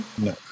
No